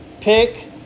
pick